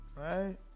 Right